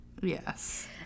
Yes